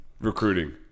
recruiting